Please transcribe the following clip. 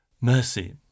mercy